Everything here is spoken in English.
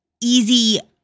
easy